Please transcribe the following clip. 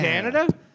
Canada